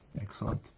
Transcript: Excellent